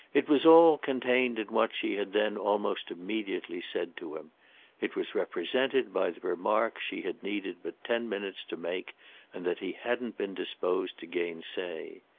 it was all contained in what she had then almost immediately said to him it was represented by the remark she had needed but ten minutes to make and that he hadn't been disposed to gainsay.